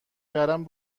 کردم